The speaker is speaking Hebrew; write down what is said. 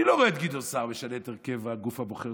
אני לא רואה את גדעון סער משנה את הרכב הגוף הבוחר